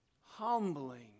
humbling